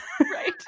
right